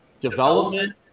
development